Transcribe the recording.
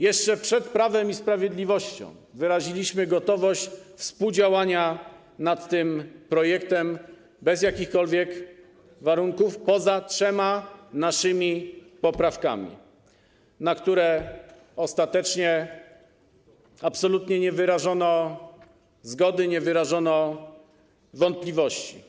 Jeszcze przed Prawem i Sprawiedliwością wyraziliśmy gotowość współdziałania przy tym projekcie bez jakichkolwiek warunków poza trzema naszymi poprawkami, na które ostatecznie absolutnie nie wyrażono zgody, nie wyrażono tu wątpliwości.